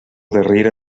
darrere